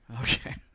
Okay